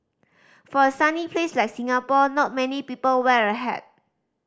for a sunny place like Singapore not many people wear a hat